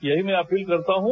यहीं मैं अपील करता हूं